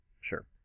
Sure